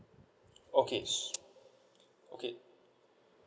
okay okay